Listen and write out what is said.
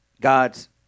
God's